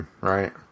right